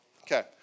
Okay